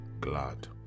glad